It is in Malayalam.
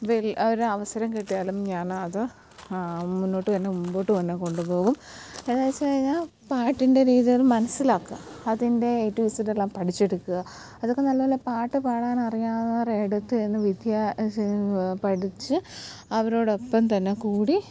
വൽ ഒരവസരം കിട്ടിയാലും ഞാനത് മുന്നോട്ട് തന്നെ മുമ്പോട്ട് തന്നെ കൊണ്ടുപോവും ഏതാവെച്ച് കഴിഞ്ഞാല് പാട്ടിൻ്റെ രീതികള് മനസിലാക്കുക അതിൻ്റെ എ ടു സെഡെല്ലാം പഠിച്ചെടുക്കുക അതൊക്കെ നല്ല നല്ല പാട്ട് പാടാനറിയാവുന്നവരുടെ അടുത്തുചെന്ന് വിദ്യാ പഠിച്ച് അവരോടൊപ്പം തന്നെ കൂടി